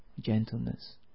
gentleness